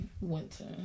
Winter